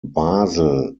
basel